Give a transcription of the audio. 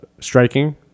striking